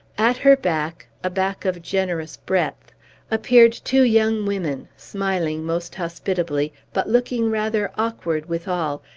at her back a back of generous breadth appeared two young women, smiling most hospitably, but looking rather awkward withal,